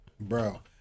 Bro